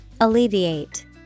Alleviate